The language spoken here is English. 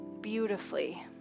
beautifully